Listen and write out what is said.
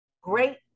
great